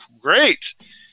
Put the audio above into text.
great